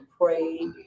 pray